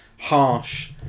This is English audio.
harsh